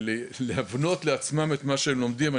להבנות לעצמם את מה שהם לומדים.